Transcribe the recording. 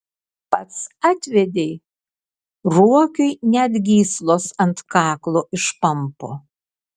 pats atvedei ruokiui net gyslos ant kaklo išpampo